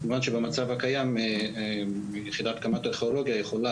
כיוון שבמצב הקיים יחידת קמ"ט ארכיאולוגיה יכולה